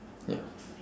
ya